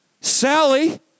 Sally